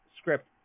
script